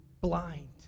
blind